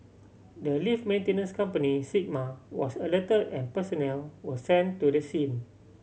the lift maintenance company Sigma was alert and personnel were sent to the scene